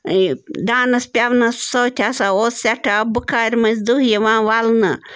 یہِ دانَس پٮ۪ونَس سۭتۍ ہسا اوس سٮ۪ٹھاہ بُخارِ مٔنٛزۍ دٕہ یِوان وَلنہٕ